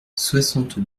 soixante